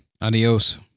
Adios